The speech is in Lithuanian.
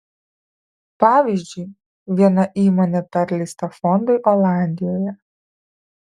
pavyzdžiui viena įmonė perleista fondui olandijoje